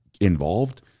involved